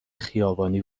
خیابانی